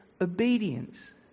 obedience